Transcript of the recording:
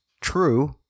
true